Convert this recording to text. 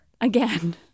Again